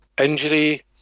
injury